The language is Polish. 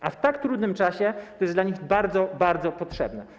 A w tak trudnym czasie to jest im bardzo, bardzo potrzebne.